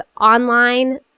Online